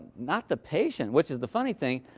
not the patient, which is the funny thing.